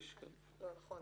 נכון.